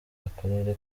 akarere